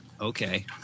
Okay